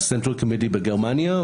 המרכז הקהילתי בגרמניה,